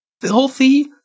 Filthy